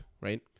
right